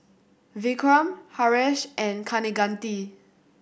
Vikram Haresh and Kaneganti